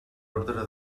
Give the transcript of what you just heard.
orde